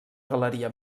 galeria